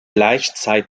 laichzeit